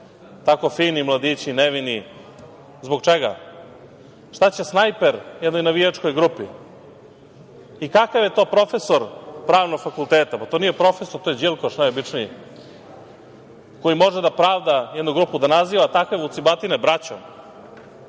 tako fini mladići, nevini, zbog čega? Šta će snajper jednoj navijačkoj grupi? Kakav je to profesor pravnog fakulteta? Pa, to nije profesor, to je đilkoš najobičniji, koji može da pravda, jednu grupu da naziva, takve vucibatine, braćom,